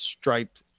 striped